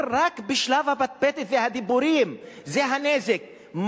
כבר בשלב הפטפטת והדיבורים בלבד זה הנזק,